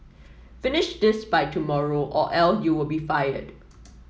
finish this by tomorrow or else you'll be fired